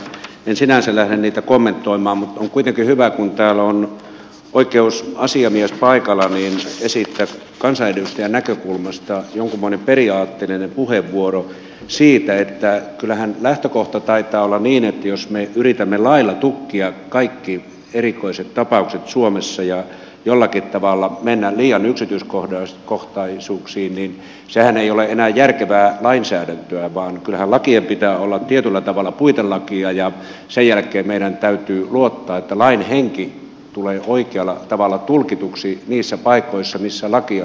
en sinänsä lähde sitä kommentoimaan mutta on kuitenkin hyvä kun täällä on oikeusasiamies paikalla esittää kansanedustajan näkökulmasta jonkunmoinen periaatteellinen puheenvuoro siitä että kyllähän lähtökohta taitaa olla niin että jos me yritämme lailla tukkia kaikki erikoiset tapaukset suomessa ja jollakin tavalla mennä liian yksityiskohtaisuuksiin niin sehän ei ole enää järkevää lainsäädäntöä vaan kyllähän lakien pitää olla tietyllä tavalla puitelakeja ja sen jälkeen meidän täytyy luottaa että lain henki tulee oikealla tavalla tulkituksi niissä paikoissa missä lakia sovelletaan